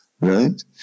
right